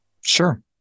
Sure